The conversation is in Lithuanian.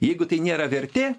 jeigu tai nėra vertė